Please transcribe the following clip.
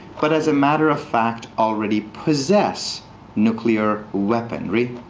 but as a matter of fact, already possess nuclear weaponry.